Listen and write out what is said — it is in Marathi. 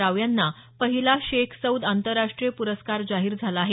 राव यांना पहिला शेख सौद आंतरराष्ट्रीय प्रस्कार जाहीर झाला आहे